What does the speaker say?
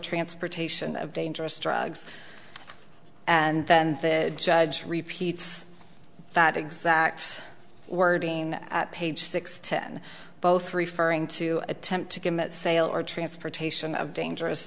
transportation of dangerous drugs and then the judge repeats that exact wording at page six ten both referring to attempt to commit sale or transportation of dangerous